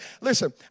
Listen